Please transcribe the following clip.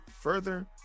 further